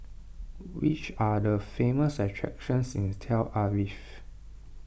which are the famous attractions in Tel Aviv